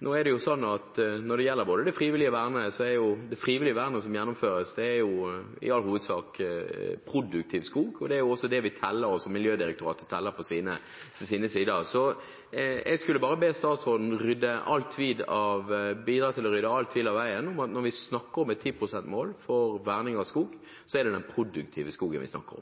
Det frivillige vernet som gjennomføres, gjelder i all hovedsak produktiv skog. Det er det vi teller, og som Miljødirektoratet teller på sine sider. Jeg vil bare be statsråden om å bidra til å rydde all tvil av veien: Når vi snakker om et 10 pst.-mål for verning av skog, er det den produktive skogen vi snakker